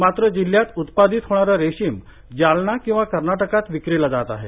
मात्र जिल्ह्यात उत्पादित होणारं रेशीम जालना किंवा कर्नाटकात विक्रीला जात आहे